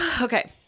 Okay